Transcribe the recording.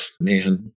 man